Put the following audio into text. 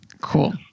cool